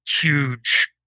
huge